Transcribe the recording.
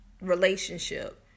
relationship